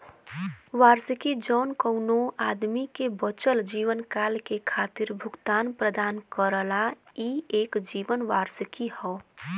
वार्षिकी जौन कउनो आदमी के बचल जीवनकाल के खातिर भुगतान प्रदान करला ई एक जीवन वार्षिकी हौ